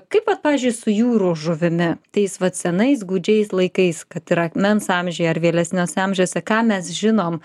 kaip vat pavyzdžiui su jūrų žuvimi tais vat senais gūdžiais laikais kad ir akmens amžiuje ar vėlesniuose amžiuose ką mes žinom